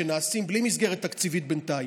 שנעשים בלי מסגרת תקציבית בינתיים,